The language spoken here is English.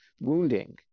wounding